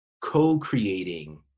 co-creating